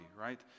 right